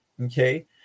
okay